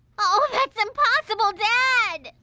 oh that's impossible, dad!